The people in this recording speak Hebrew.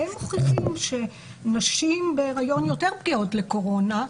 והם מוכיחים שנשים בהריון יותר פגיעות לקורונה,